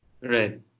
Right